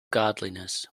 godliness